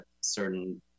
certain